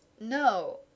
No